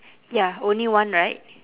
ya only one right